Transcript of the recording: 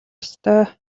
ёстой